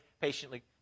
patiently